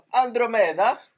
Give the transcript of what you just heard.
Andromeda